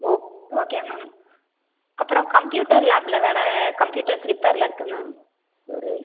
ஓ okay ma'am அப்புறம் computer லாப்பில் வேறு கம்ப்யூட்டர்ஸ் ரிப்பேரில் இருக்குது மேம் ஒரு